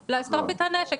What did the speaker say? ממשלתית לאסוף את הנשק.